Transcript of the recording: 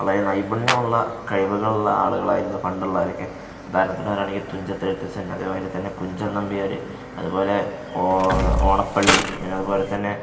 അതായത് നൈപുണ്യമുള്ള കഴിവുകളുള്ള ആളുകളായിരുന്നു പണ്ടുള്ളവരൊക്കെ ഉദാഹരണത്തിന് പറയുകയാണെങ്കില് തുഞ്ചത്ത് എഴുത്തച്ഛന് അതേപോലെ തന്നെ കുഞ്ചന് നമ്പ്യാര് അതുപോലെ പിന്നെ അതുപോലെ തന്നെ